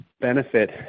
benefit